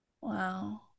Wow